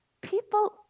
People